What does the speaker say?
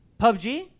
PUBG